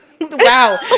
Wow